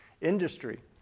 industry